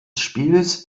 spiels